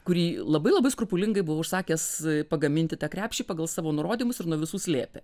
kurį labai labai skrupulingai buvo užsakęs pagaminti tą krepšį pagal savo nurodymus ir nuo visų slėpė